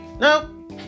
No